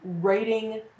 writing